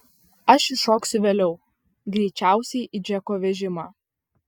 aš įšoksiu vėliau greičiausiai į džeko vežimą